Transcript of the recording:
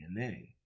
DNA